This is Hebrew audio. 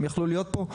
אם יכלו להיות פה,